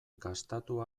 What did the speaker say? gastatu